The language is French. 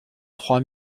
trois